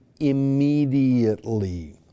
immediately